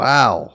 Wow